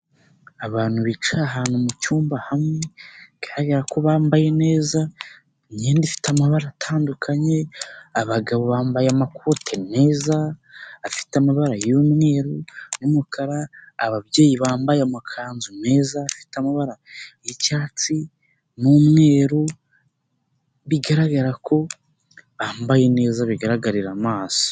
Abantu bicaye ahantu mucyumba hamwe, bigaragara ko bambaye neza, imyenda ifite amabara atandukanye, abagabo bambaye amakoti meza afite amabara y'umweru , n'umukara, ababyeyi bambaye amakanzu meza bafite amabara yicyatsi n'umweru, bigaragara ko bambaye neza bigaragarira amaso.